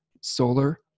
solar